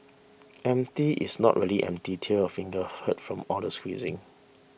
empty is not really empty till your fingers hurt from all the squeezing